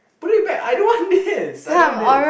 put it back I don't want this I don't want this